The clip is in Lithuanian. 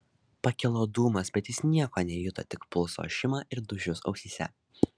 pakilo dūmas bet jis nieko nejuto tik pulso ošimą ir dūžius ausyse